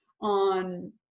on